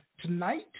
Tonight